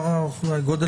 גם גודל האוכלוסייה גדל.